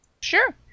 Sure